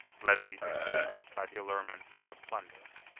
levied in haste by the allurements of plunder,